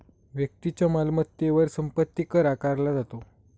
व्यक्तीच्या मालमत्तेवर संपत्ती कर आकारला जातो